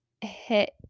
hit